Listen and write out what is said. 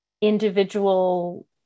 individual